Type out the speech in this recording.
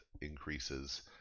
increases